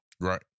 Right